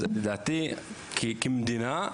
אז לדעתי, כמדינה,